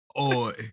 Oi